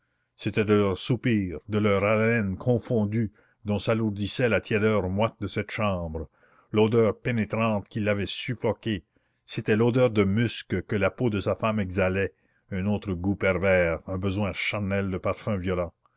c'était de leurs soupirs de leurs haleines confondues dont s'alourdissait la tiédeur moite de cette chambre l'odeur pénétrante qui l'avait suffoqué c'était l'odeur de musc que la peau de sa femme exhalait un autre goût pervers un besoin charnel de parfums violents